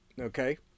Okay